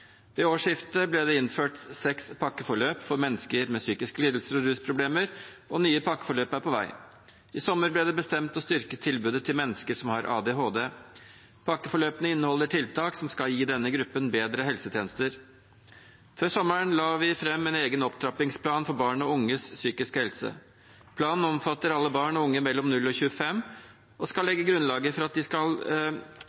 Ved årsskiftet ble det innført seks pakkeforløp for mennesker med psykiske lidelser og rusproblemer, og nye pakkeforløp er på vei. I sommer ble det bestemt å styrke tilbudet til mennesker som har ADHD. Pakkeforløpene inneholder tiltak som skal gi denne gruppen bedre helsetjenester. Før sommeren la vi fram en egen opptrappingsplan for barn og unges psykiske helse. Planen omfatter alle barn og unge mellom 0 og 25 år og skal